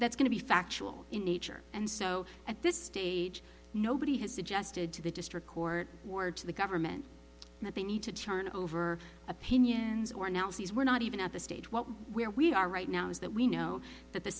that's going to be factual in nature and so at this stage nobody has suggested to the district court or to the government that they need to turn over opinions or analyses we're not even at the stage where we are right now is that we know that the